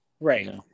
Right